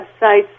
websites